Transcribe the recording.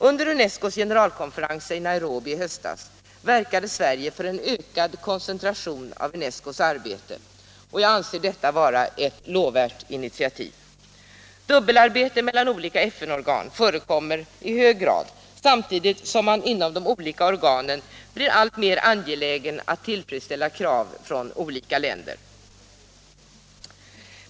Under UNESCO:s generalkonferens i Nairobi i höstas verkade Sverige för en ökad koncentration av UNESCO:s arbete, och jag anser detta vara ett ytterst lovvärt initiativ. Dubbelarbete mellan olika FN-organ förekommer i allt högre grad samtidigt som man inom de olika organen blir alltmer angelägen att tillfredsställa krav från olika länder.